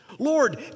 Lord